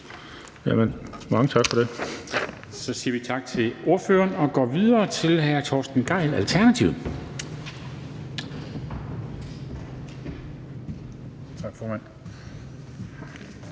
Dam Kristensen): Så siger vi tak til ordføreren og går videre til hr. Torsten Gejl, Alternativet. Kl.